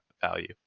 value